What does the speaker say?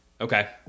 Okay